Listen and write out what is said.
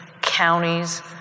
counties